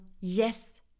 yes